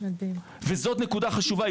וזאת נקודה חשובה.